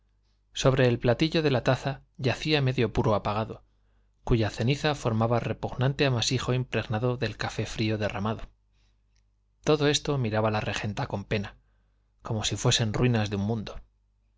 sobre el platillo de la taza yacía medio puro apagado cuya ceniza formaba repugnante amasijo impregnado del café frío derramado todo esto miraba la regenta con pena como si fuesen ruinas de un mundo